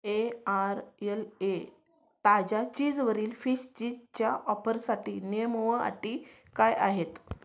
A R L A ताज्या चीजवरील फिशचीजच्या ऑफरसाठी नियम व अटी काय आहेत